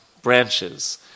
branches